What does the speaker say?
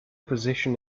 position